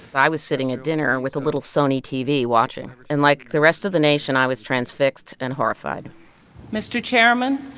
but i was sitting at dinner with a little sony tv watching. and like the rest of the nation, i was transfixed and horrified mr. chairman,